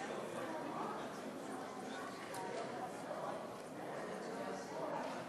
תודה, הצעת החוק